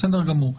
בסדר גמור.